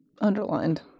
underlined